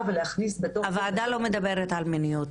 ולהכניס בתוך --- הוועדה לא מדברת על מיניות.